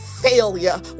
failure